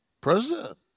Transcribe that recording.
president